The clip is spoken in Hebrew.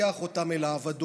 והוא לוקח אותם אל האבדון.